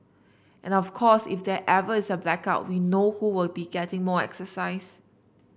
and of course if there ever is a blackout we know who will be getting more exercise